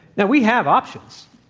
now, we have options.